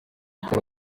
gukora